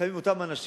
קמים אותם אנשים